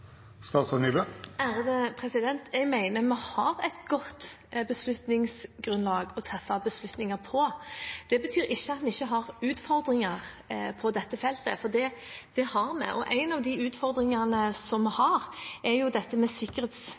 Jeg mener vi har et godt beslutningsgrunnlag å treffe beslutninger på. Det betyr ikke at vi ikke har utfordringer på dette feltet, for det har vi. Én av utfordringene vi har, gjelder sikkerhetsklarering og muligheten for sikkerhetsklarering. Det er tildelt totalt 62 rekrutteringsstillinger i 2017 og 2018 innenfor IKT, med